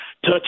Touch